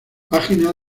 página